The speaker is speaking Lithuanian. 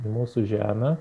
į mūsų žemę